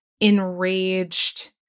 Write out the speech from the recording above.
enraged